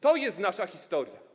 To jest nasza historia.